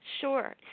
Sure